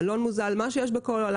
מלון מוזל מה שיש בכל העולם.